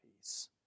peace